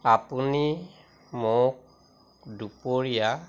আপুনি মোক দুপৰীয়া